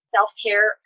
Self-care